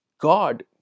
God